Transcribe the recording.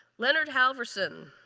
leonard halverson.